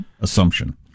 assumption